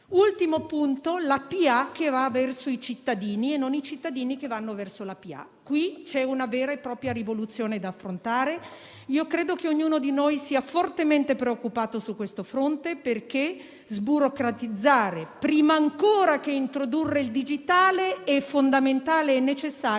amministrazione che va verso i cittadini e non i cittadini che vanno verso la pubblica amministrazione. Qui c'è una vera e propria rivoluzione da affrontare. Io credo che ognuno di noi sia fortemente preoccupato su questo fronte, perché sburocratizzare, prima ancora di introdurre il digitale, è fondamentale e necessario